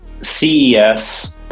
CES